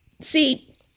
See